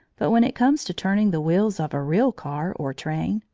but when it comes to turning the wheels of a real car or train,